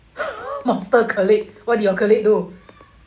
monster colleague what your colleague do